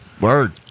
Word